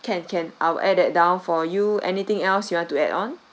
can can I'll add that down for you anything else you want to add on